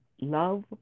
love